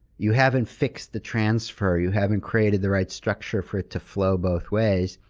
you haven't fixed the transfer. you haven't created the right structure for it to flow both ways.